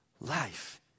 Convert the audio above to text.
life